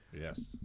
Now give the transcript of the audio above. yes